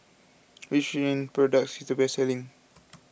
which Rene product is the best selling